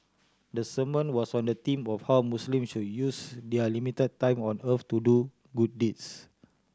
the sermon was on the theme of how Muslim should use their limited time on earth to do good deeds